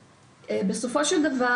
בסופו של דבר,